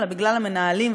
אלא בגלל המנהלים,